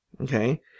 Okay